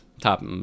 top